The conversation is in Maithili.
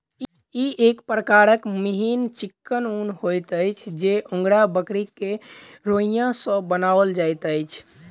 ई एक प्रकारक मिहीन चिक्कन ऊन होइत अछि जे अंगोरा बकरीक रोंइया सॅ बनाओल जाइत अछि